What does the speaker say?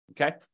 okay